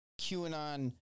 QAnon